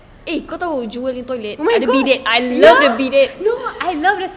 where got ya no I love the